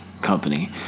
company